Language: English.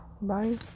Bye